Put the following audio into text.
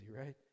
right